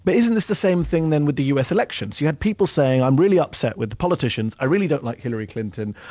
but isn't this the same thing, then, with the u. s. elections? you had people saying, i'm really upset with the politicians. i really don't like hillary clinton.